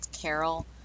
Carol